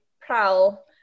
Prowl